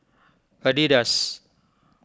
Adidas